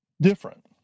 different